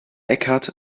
eckhart